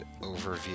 overview